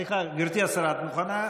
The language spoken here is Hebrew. סליחה, גברתי השרה, את מוכנה?